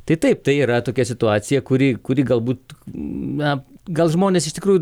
tai taip tai yra tokia situacija kuri kuri gal būt na gal žmonės iš tikrųjų